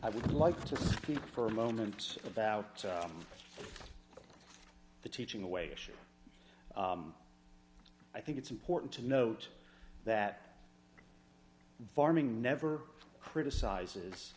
i would like to keep for a moment about the teaching away issue i think it's important to note that farming never criticizes